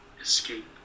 escape